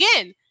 again